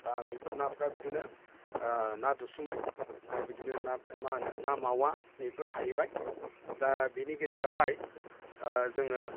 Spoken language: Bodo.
दा बेफोर नाफोरा बिदिनो ना दुसुमाय आरो बिदिनो ना मा होनो ना मावा नैबेफोर थाहैबाय दा बेनि गेजेरावहाय जोङो